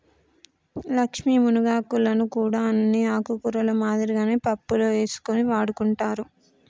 లక్ష్మీ మునగాకులను కూడా అన్ని ఆకుకూరల మాదిరిగానే పప్పులో ఎసుకొని వండుకుంటారు